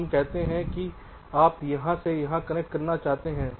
हम कहते हैं कि आप यहाँ से यहाँ कनेक्ट करना चाहते हैं